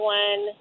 one